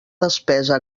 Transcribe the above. despesa